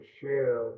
share